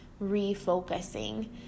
refocusing